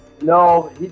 No